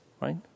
right